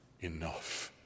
enough